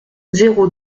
zéro